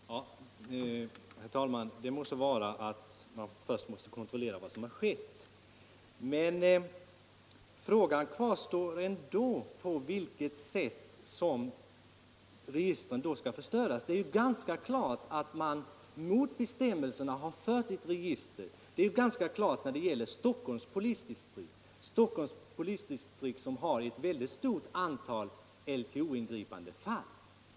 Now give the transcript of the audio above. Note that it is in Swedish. ferr talman! Det må vara att man först måste kontrollera vad som har skett. Men kvar står ändå frågan på vilket sätt dessa register skall förstöras. Det är ju rätt uppenbart att man mot bestämmelserna har fört register. Detua är ganska klart konstaterat när det gäller Stockholms polisdistrikt, som har ett mycket stort antal LTO-ingripanden.